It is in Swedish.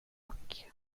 och